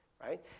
right